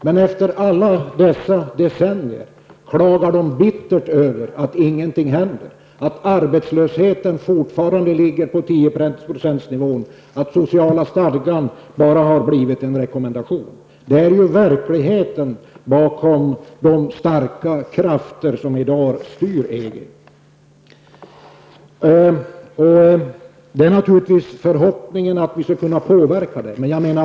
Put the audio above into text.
Men efter alla dessa decennier klagar de bittert över att ingenting händer, att arbetslösheten fortfarande ligger på 10-procentsnivån och att den sociala stadgan bara blivit en rekommendation. Det är verkligheten bakom de starka krafter som i dag styr Det är naturligtvis förhoppningen att vi skall kunna påverka utvecklingen.